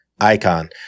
icon